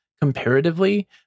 comparatively